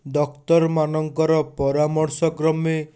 ଡକ୍ଟର୍ମାନଙ୍କର ପରାମର୍ଶ କ୍ରମେ